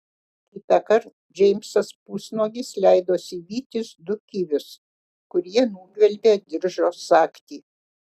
kitąkart džeimsas pusnuogis leidosi vytis du kivius kurie nugvelbė diržo sagtį